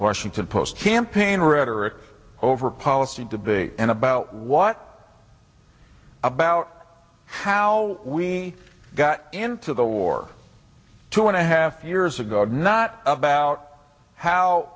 washington post campaign rhetoric over policy debate and about what about how we got into the war two and a half years ago not about how